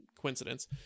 coincidence